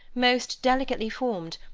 most delicately formed,